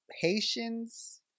Haitians